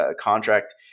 contract